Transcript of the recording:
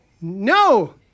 no